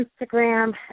Instagram